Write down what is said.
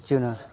Fortuner